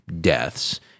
deaths